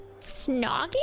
Snogging